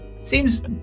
Seems